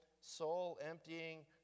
soul-emptying